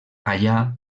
allà